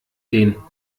den